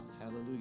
Hallelujah